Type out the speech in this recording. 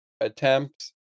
attempts